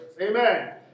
Amen